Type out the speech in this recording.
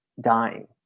dying